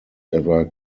ever